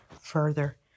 further